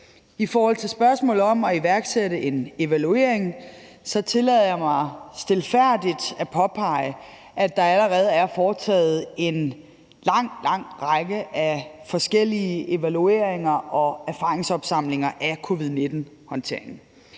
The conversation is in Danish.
I forhold til spørgsmålet om at iværksætte en evaluering tillader jeg mig stilfærdigt at påpege, at der allerede er foretaget en lang, lang række af forskellige evalueringer og erfaringsopsamlinger af covid-19-håndteringen;